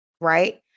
right